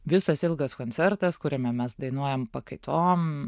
visas ilgas koncertas kuriame mes dainuojam pakaitom